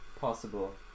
possible